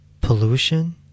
pollution